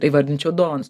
įvardinčiau dovanas